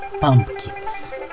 pumpkins